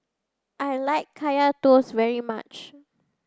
I like Kaya toast very much